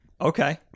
Okay